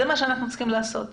זה מה שאנחנו צריכים לעשות.